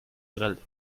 grell